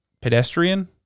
pedestrian